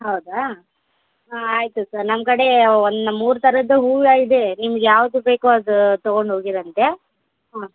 ಹೌದಾ ಹಾಂ ಆಯಿತು ಸರ್ ನಮ್ಮ ಕಡೆ ಒಂದು ನ ಮೂರು ಥರದ್ದು ಹೂವು ಇದೆ ನಿಮ್ಗೆ ಯಾವ್ದು ಬೇಕೊ ಅದು ತೊಗೊಂಡು ಹೋಗಿರಂತೆ ಹಾಂ